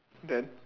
then